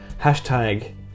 Hashtag